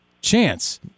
chance